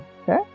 okay